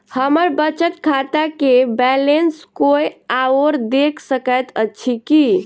हम्मर बचत खाता केँ बैलेंस कोय आओर देख सकैत अछि की